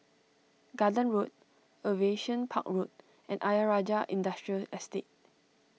Garden Road Aviation Park Road and Ayer Rajah Industrial Estate